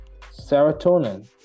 serotonin